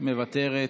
אינה נוכחת,